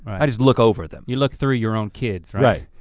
i just look over them. you look through your own kids, right? right,